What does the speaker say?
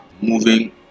moving